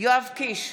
יואב קיש,